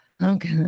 okay